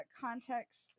context